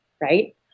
right